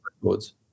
records